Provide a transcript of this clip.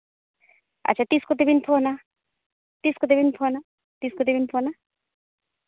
ᱟᱪᱪᱷᱟ ᱛᱤᱥ ᱠᱚᱛᱮ ᱵᱮᱱ ᱯᱷᱳᱱᱼᱟ ᱛᱤᱥ ᱠᱚᱛᱮ ᱵᱮᱱ ᱯᱷᱳᱱᱼᱟ ᱛᱤᱸᱥ ᱠᱚᱛᱮ ᱵᱮᱱ ᱯᱷᱳᱱᱼᱟ